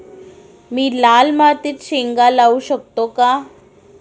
मी लाल मातीत शेंगा लावू शकतो का?